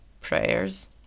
prayers